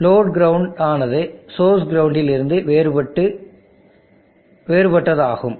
load ground ஆனது source கிரவுண்டில் இருந்து வேறுபட்டது ஆகும்